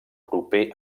proper